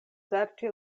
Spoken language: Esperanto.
serĉi